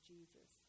Jesus